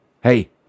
Hey